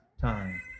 time